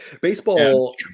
baseball